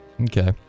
okay